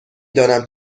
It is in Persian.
دانم